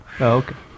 okay